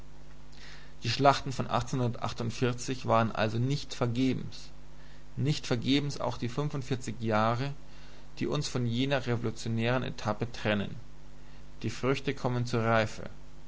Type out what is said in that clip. die schlachten von waren also nicht vergebens nicht vergebens auch die jahre die uns von jener revolutionären etappe trennen die früchte kommen zur reife